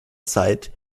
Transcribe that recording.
zeit